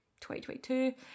2022